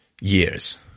years